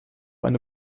eine